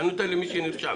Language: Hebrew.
אני נותן למי שנרשם.